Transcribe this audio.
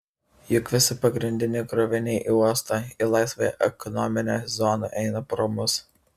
juk visi pagrindiniai kroviniai į uostą į laisvąją ekonominę zoną eina pro mus